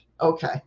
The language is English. okay